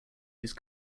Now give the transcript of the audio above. use